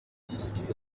disque